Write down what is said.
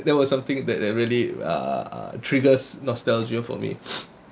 there was something that that really uh triggers nostalgia for me